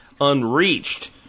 unreached